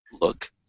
look